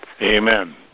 Amen